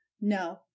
No